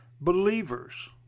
believers